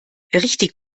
richtig